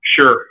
Sure